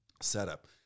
setup